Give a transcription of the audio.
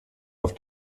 auf